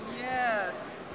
yes